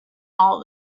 all